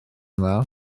dda